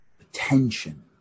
attention